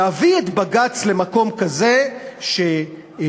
להביא את בג"ץ למקום כזה שיפסול,